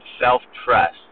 self-trust